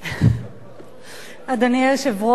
אדוני היושב-ראש,